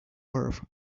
earth